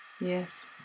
Yes